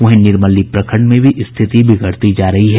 वहीं निर्मली प्रखंड में भी स्थिति बिगड़ती जा रही है